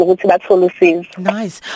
Nice